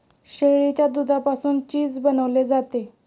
शेळीच्या दुधापासून चीज बनवले जाते